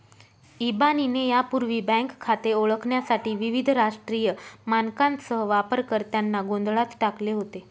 इबानीने यापूर्वी बँक खाते ओळखण्यासाठी विविध राष्ट्रीय मानकांसह वापरकर्त्यांना गोंधळात टाकले होते